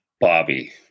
Bobby